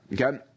Okay